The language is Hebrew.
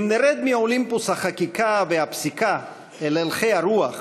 אם נרד מאולימפוס החקיקה והפסיקה אל הלכי הרוח,